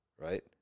right